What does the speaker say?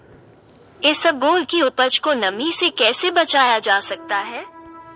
इसबगोल की उपज को नमी से कैसे बचाया जा सकता है?